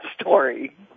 story